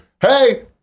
Hey